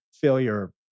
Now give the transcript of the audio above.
failure